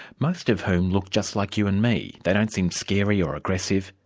most of whom look just like you and me they don't seem scary or aggressive,